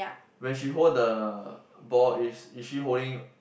when she hold the ball is is she holding